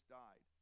died